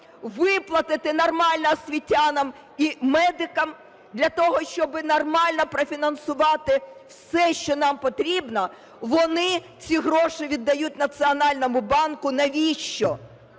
виплатити нормально освітянам і медикам, для того щоб нормально профінансувати все, що нам потрібно. Вони ці гроші віддають Національному банку. Навіщо?